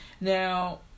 Now